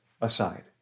aside